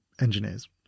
engineers